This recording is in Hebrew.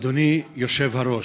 אדוני היושב-ראש,